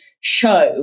show